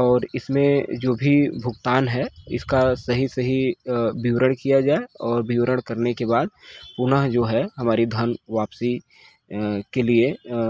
और इसमें जो भी भुगतान है इसका सही सही अ विवरण किया जाए और विवरण करने के बाद पुनः जो है हमारी धन वापसी अ के लिए अ